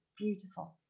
Beautiful